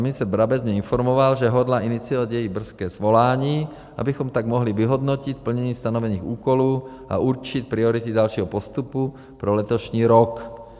Pan ministr Brabec mě informoval, že hodlá iniciovat její brzké svolání, abychom tak mohli vyhodnotit plnění stanovených úkolů a určit priority dalšího postupu pro letošní rok.